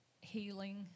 healing